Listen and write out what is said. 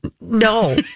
No